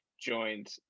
joined